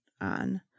on